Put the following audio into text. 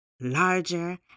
larger